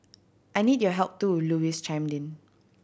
I needed your help too Louise chimed in